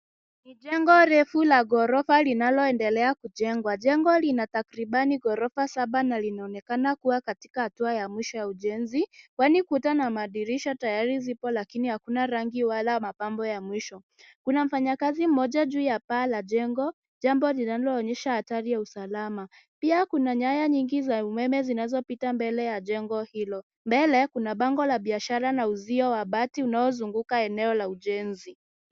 Ni jengo refu la ghorofa linaloendelea kujengwa. Jengo lina takribani ghorofa saba na linaonekana kuwa katika hatua ya mwisho ya ujenzi, kwani kuta na madirisha tayari zipo lakini hakuna rangi wala mapambo ya mwisho. Kuna mfanyakazi mmoja juu ya paa la jengo, jambo linaloonyesha hatari ya usalama. Pia kuna nyaya nyingi za umeme zinazopita mbele ya jengo hilo. Mbele kuna bango la biashara na uzio wa bati unaozunguka eneo la ujenzi.